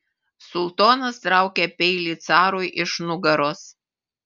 sultonas traukia peilį carui iš nugaros